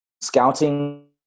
scouting